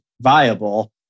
viable